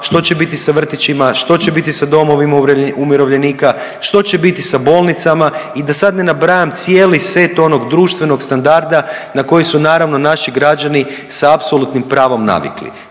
što će biti sa vrtićima, što će biti sa domovima umirovljenika, što će biti sa bolnicama i da sad ne nabrajam cijeli set onog društvenog standarda na koji su naravno, naši građani s apsolutnim pravom navikli.